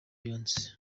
beyoncé